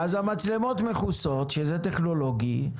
המצלמות מכוסות, שזה טכנולוגי.